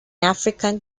african